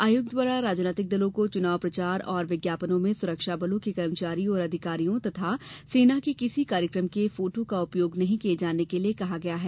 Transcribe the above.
आयोग द्वारा राजनैतिक दलों को चुनाव प्रचार एवं विज्ञापनों में सुरक्षा बलों के कर्मचारी और अधिकारियों एवं सेना के किसी कार्यक्रम के फोटो का उपयोग नहीं किये जाने के लिये कहा गया है